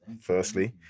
firstly